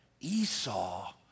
Esau